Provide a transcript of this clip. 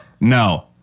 No